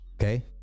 okay